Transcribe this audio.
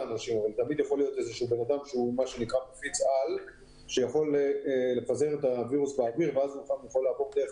אדם שהוא מפיץ על ואז הווירוס יכול לעבור דרך